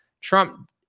Trump